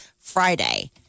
Friday